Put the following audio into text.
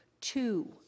two